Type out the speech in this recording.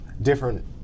different